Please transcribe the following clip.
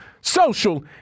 social